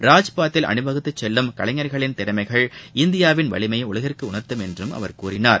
ராஜ்பத்தில் அணிவகுத்துச் செல்லும் கலைஞர்களின் திறமைகள் இந்தியாவின் வலிமையை உலகிற்கு உணர்த்தும் என்றும் அவர் கூறினார்